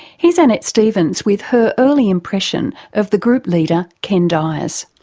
here's annette stephens with her early impression of the group leader ken dyers.